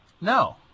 No